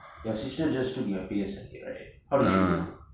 your sister just took her P_S_L_E right how did she do